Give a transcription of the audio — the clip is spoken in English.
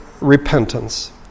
repentance